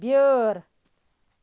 بیٛٲر